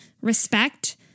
respect